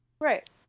right